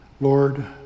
Lord